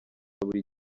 buri